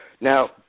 Now